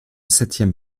septième